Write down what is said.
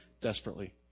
desperately